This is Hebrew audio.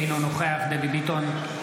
אינו נוכח דבי ביטון,